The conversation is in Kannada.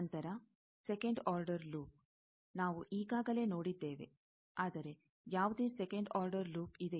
ನಂತರ ಸೆಕಂಡ್ ಆರ್ಡರ್ ಲೂಪ್ ನಾವು ಈಗಾಗಲೇ ನೋಡಿದ್ದೇವೆ ಆದರೆ ಯಾವುದೇ ಸೆಕಂಡ್ ಆರ್ಡರ್ ಲೂಪ್ ಇದೆಯೇ